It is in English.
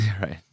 Right